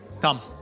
Come